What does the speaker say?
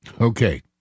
Okay